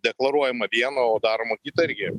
deklaruojama viena o daroma kita irgi